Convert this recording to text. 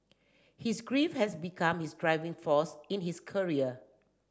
his grief had become his driving force in his career